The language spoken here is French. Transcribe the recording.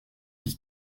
qui